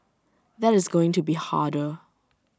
that is going to be harder